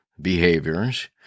behaviors